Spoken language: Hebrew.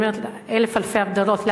אני אומרת אלף אלפי הבדלות,